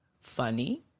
funny